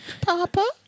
Papa